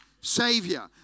Savior